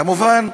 כמובן,